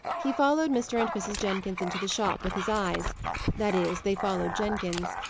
he followed mr. and mrs. jenkins into the shop with his eyes that is, they followed jenkins.